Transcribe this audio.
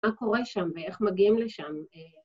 מה קורה שם ואיך מגיעים לשם.